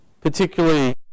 Particularly